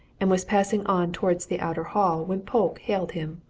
and was passing on towards the outer hall when polke hailed him.